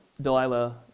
Delilah